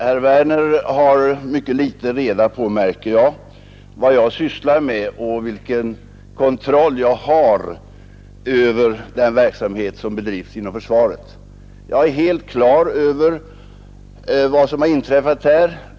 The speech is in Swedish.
Herr talman! Herr Werner i Tyresö har ytterst litet reda på, märker jag, vad jag sysslar med och vilken kontroll jag har över den verksamhet som bedrivs inom försvaret. Jag är helt klar över vad som har inträffat här.